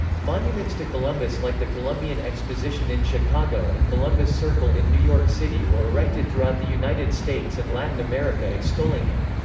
monuments to columbus like the columbian exposition in chicago and columbus circle in new york city were erected throughout the united states and latin america extolling him.